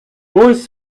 ось